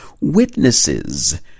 witnesses